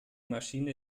maschine